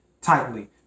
tightly